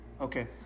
Okay